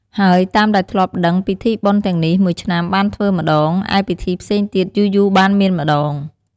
ហើយតាមដែលធ្លាប់ដឹងពិធីបុណ្យទាំងនេះមួយឆ្នាំបានធ្វើម្ដង ឯពិធីផ្សេងទៀតយូរៗបានមានម្ដង។